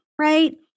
right